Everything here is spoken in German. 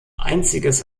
einziges